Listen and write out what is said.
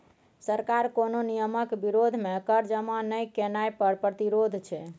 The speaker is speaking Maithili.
सरकार कोनो नियमक विरोध मे कर जमा नहि केनाय कर प्रतिरोध छै